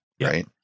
right